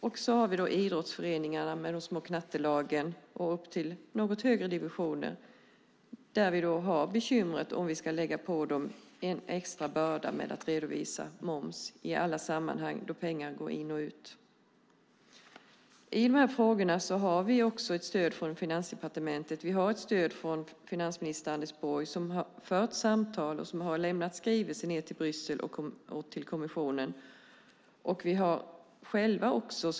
Sedan har vi också idrottsföreningarna med de små knattelagen och de något högre divisionerna där vi har bekymret om vi ska lägga på dem en extra börda att redovisa moms i alla sammanhang då pengar går in och ut. I dessa frågor har vi ett stöd från Finansdepartementet och från finansminister Anders Borg. Han har fört samtal och lämnat skrivelser till Bryssel och till kommissionen.